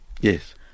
Yes